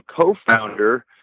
co-founder